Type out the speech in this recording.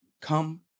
come